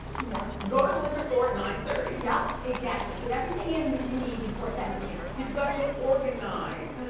yeah. go to the liquor store at nine thirty. yep, exactly. get everything in what you need before ten zero pm. you've got to organize.